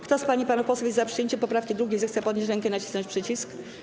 Kto z pań i panów posłów jest za przyjęciem poprawki 2., zechce podnieść rękę i nacisnąć przycisk.